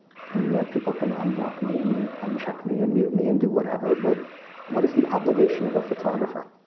and yeah, people can unblock me, and uncheck me, and mute me, and do whatever, but what is the obligation of a photographer?